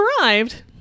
arrived